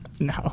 no